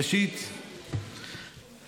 ראשית,